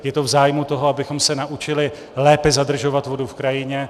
Je to v zájmu toho, abychom se naučili lépe zadržovat vodu v krajině.